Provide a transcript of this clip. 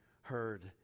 heard